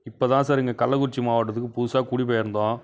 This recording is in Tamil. இப்போ தான் சார் இங்கே கள்ளக்குறிச்சி மாவட்டத்துக்கு புதுசாக குடி பெயர்ந்தோம்